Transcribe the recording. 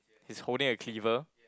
he's holding a cleaver